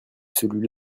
celui